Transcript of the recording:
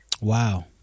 Wow